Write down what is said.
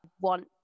want